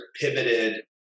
pivoted